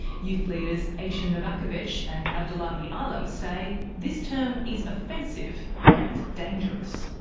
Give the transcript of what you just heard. youth leaders aisha novakovitch and abdullahi alim say this term is offensive, and dangerous.